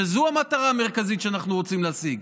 שזו המטרה המרכזית שאנחנו רוצים להשיג.